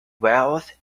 wealth